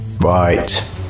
Right